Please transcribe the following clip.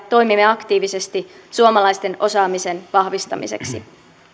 toimimme aktiivisesti suomalaisten osaamisen vahvistamiseksi